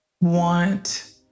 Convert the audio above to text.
want